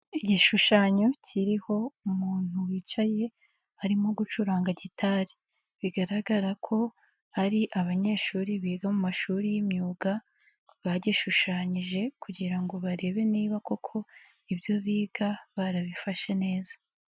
Igishushanyo kiriho umuntu wicaye arimo gucuranga gitari, bigaragara ko hari abanyeshuri biga mu mashuri y'imyuga bagishushanyije kugira ngo barebe niba koko ibyo biga barabifashe neza.